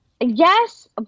Yes